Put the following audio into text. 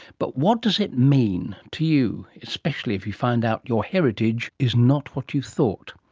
but what does it mean to you, especially if you find out your heritage is not what you thought?